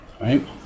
right